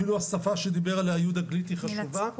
אפילו השפה דיבר עליה יהודה גליק היא חשובה,